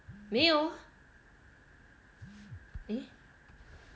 没有 eh